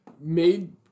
made